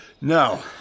No